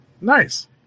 Nice